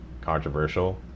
controversial